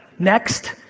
next,